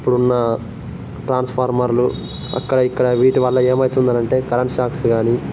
ఇప్పుడున్నా ట్రాన్స్ఫార్మర్లు అక్కడ ఇక్కడ వీటివల్ల ఏమయితుందనంటే కరంట్ షాక్స్ గానీ